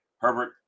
Herbert